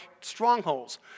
strongholds